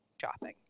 shopping